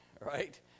right